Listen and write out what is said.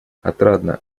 отрадно